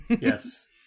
yes